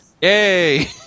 Yay